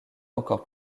encore